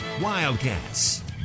Wildcats